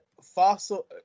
fossil